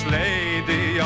lady